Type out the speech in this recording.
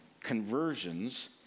conversions